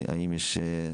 אגוזי,